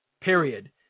period